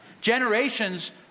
Generations